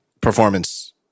performance